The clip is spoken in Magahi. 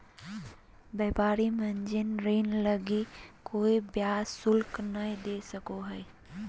व्यापारी मार्जिन ऋण लगी कोय ब्याज शुल्क नय दे सको हइ